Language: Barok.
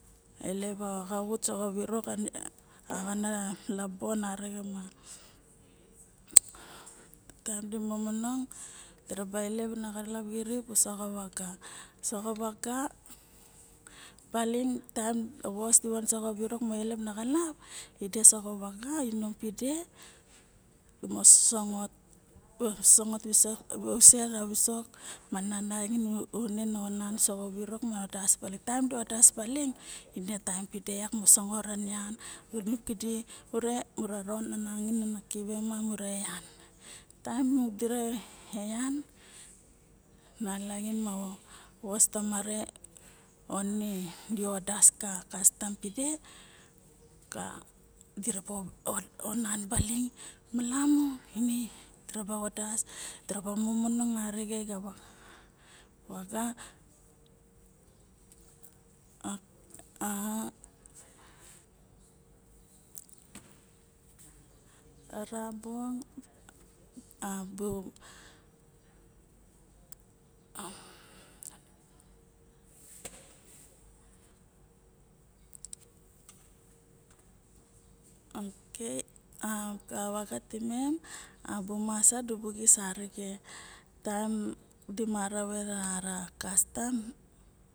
Elep a xavut soxa virok axana labon taem di momongong diraba i lep na xalap kirip usoxa vaga soxa vaga baling taem a vos di van soxa virok mo ilep na xalap ide soxa vaga inom pide mo sosongot. Bu sosongot kuset a visok mana unan soxa virok na vadas baling ine a taem tide moxo sangot nian kidi mura ron onangain kive ma mura en taem dira eyan nalaxin ma vos tomare one di vadas ka kastom pide ka dirabo onan baling malamu ine diraba vadas diraba momongong arixe ma vaga a ara bung a bu aka vaga timem abu masa dibu kinis arixen taem dimara vera kastam